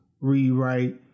rewrite